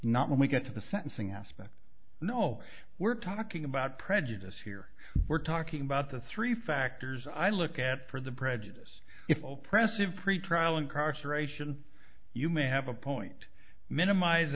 not when we get to the sentencing aspect you know we're talking about prejudice here we're talking about the three factors i look at for the prejudice it will press of pretrial incarceration you may have a point minimize